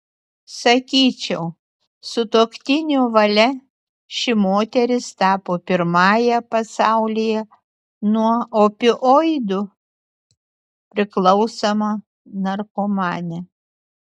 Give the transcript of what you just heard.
sakyčiau sutuoktinio valia ši moteris tapo pirmąja pasaulyje nuo opioidų priklausoma narkomane